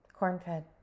Cornfed